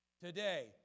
Today